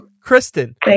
Kristen